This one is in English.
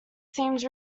seems